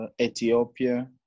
ethiopia